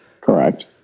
Correct